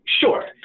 Sure